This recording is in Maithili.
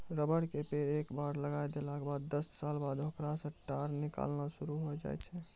रबर के पेड़ एक बार लगाय देला के बाद दस साल बाद होकरा सॅ टार निकालना शुरू होय जाय छै